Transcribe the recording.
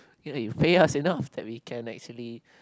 ya then you pay us enough that we can actually